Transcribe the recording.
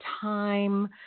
time